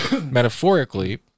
metaphorically